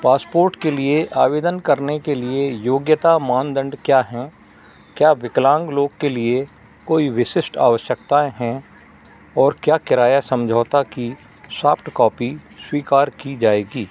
passport के लिए आवेदन करने के लिए योग्यता मानदंड क्या हैं क्या विकलांग लोग के लिए कोई विशिष्ट आवश्यकताएँ हैं और क्या किराया समझौता की सॉफ्ट कॉपी स्वीकार की जाएगी